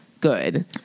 good